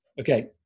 Okay